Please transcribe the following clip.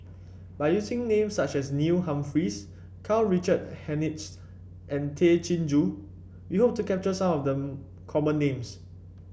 by using names such as Neil Humphreys Karl Richard Hanitsch and Tay Chin Joo we hope to capture some of the common names